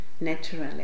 naturally